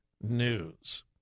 news